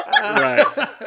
Right